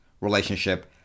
relationship